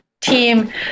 team